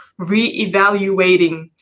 reevaluating